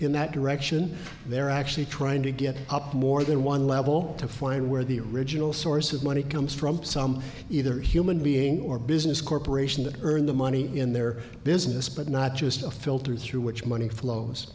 in that direction they're actually trying to get up more than one level to find where the original source of money comes from some either a human being or business corporation that earn the money in their business but not just a filter through which money flows